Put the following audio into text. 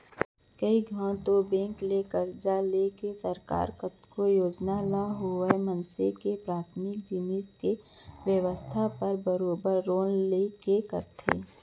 कइ घौं तो बेंक ले करजा लेके सरकार कतको योजना ल होवय मनसे के पराथमिक जिनिस के बेवस्था बर बरोबर लोन लेके करथे